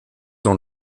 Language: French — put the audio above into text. dans